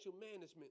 management